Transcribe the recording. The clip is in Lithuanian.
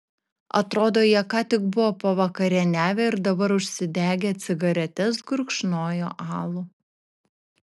atrodo jie ką tik buvo pavakarieniavę ir dabar užsidegę cigaretes gurkšnojo alų